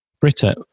Britta